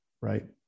right